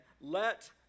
let